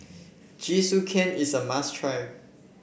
Jingisukan is a must try